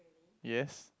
yes